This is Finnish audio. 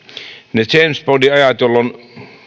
ne james bond ajat jolloin